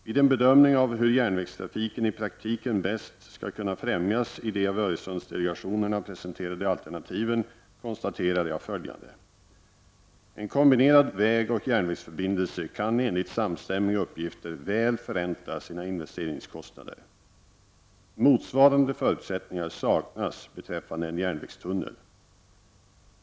Vid en bedömning av hur järnvägstrafiken i praktiken bäst skall kunna främjas i de av Öresundsdelegationerna presenterade alternativen konstaterar jag följande. En kombinerad vägoch järnvägsförbindelse kan enligt samstämmiga uppgifter väl förränta sina investeringskostnader. Motsvarande förutsättningar saknas beträffande en järnvägstunnel.